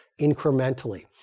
incrementally